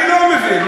אני לא מבין,